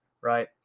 Right